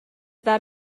that